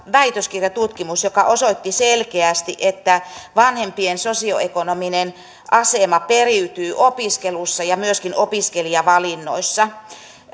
väitöskirjatutkimus joka osoitti selkeästi että vanhempien sosioekonominen asema periytyy opiskelussa ja myöskin opiskelijavalinnoissa